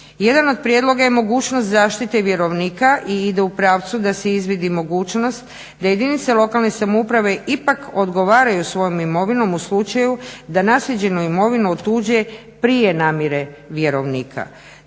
Jedan od prijedloga je mogućnost zaštite vjerovnika i ide u pravcu da se izvidi mogućnost da jedinice lokalne samouprave ipak odgovaraju svojom imovinom u slučaju da naslijeđenu imovinu otuđe prije namire vjerovnika.